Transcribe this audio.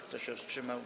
Kto się wstrzymał?